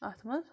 اَتھ منٛز